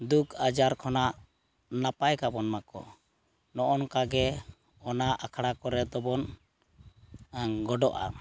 ᱫᱩᱠ ᱟᱡᱟᱨ ᱠᱷᱚᱱᱟᱜ ᱱᱟᱯᱟᱭ ᱠᱟᱵᱚᱱ ᱢᱟᱠᱚ ᱱᱚᱜᱼᱚ ᱱᱚᱝᱠᱟᱜᱮ ᱚᱱᱟ ᱟᱠᱷᱲᱟ ᱠᱚᱨᱮᱫᱚᱵᱚᱱ ᱜᱚᱰᱚᱜᱼᱟ